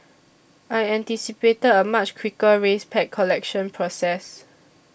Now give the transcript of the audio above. I anticipated a much quicker race pack collection process